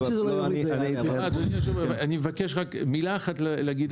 אני מבקש להגיד רק מילה אחת.